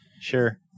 Sure